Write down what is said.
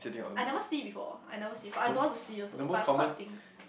I never see before I never see before I don't want to see also but I've heard things